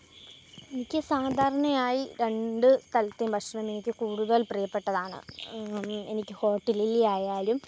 എനിക്ക് സാദാരണയായി രണ്ട് സ്ഥലത്തെയും ഭക്ഷണം എനിക്ക് കൂട്തൽ പ്രിയപ്പെട്ടതാണ് എനിക്ക് ഹോട്ടലിലെ ആയാലും